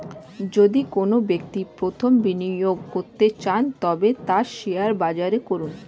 যদি কোনো ব্যক্তি প্রথম বিনিয়োগ করতে চান তবে তা শেয়ার বাজারে করুন